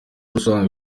usanzwe